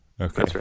Okay